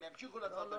שהם ימשיכו לעשות השקעות.